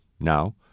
Now